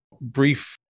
brief